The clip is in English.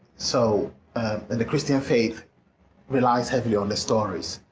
so and the christian faith relies heavily on the stories.